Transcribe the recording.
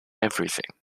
everything